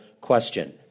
question